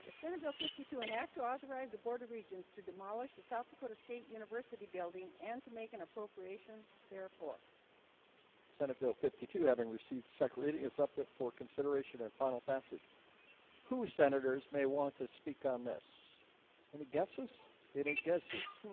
senate bill fifty two an act to authorize the board of regents to demolish the south dakota state university building and to make an appropriation appropriation therefore senate bill fifty two having received secreting is up for consideration and final passage whose senators may want to speak on this any guesses any guesses? hmm